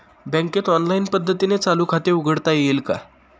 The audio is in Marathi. बँकेत ऑनलाईन पद्धतीने चालू खाते उघडता येईल का?